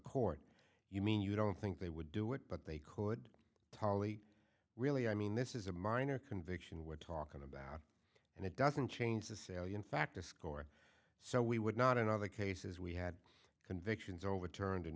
court you mean you don't think they would do it but they could tolerate really i mean this is a minor conviction we're talking about and it doesn't change the salient factor score so we would not in other cases we had convictions overturned